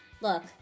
Look